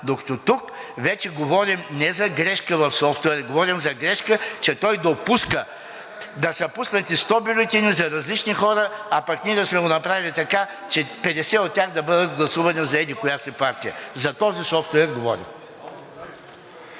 докато тук вече говорим не за грешки в софтуера, говорим за грешка, че той допуска да са пуснати 100 бюлетини за различни хора, а пък ние да сме го направили така, че 50 от тях да бъдат гласувани за еди-коя си партия. За този софтуер говорим.